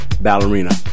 ballerina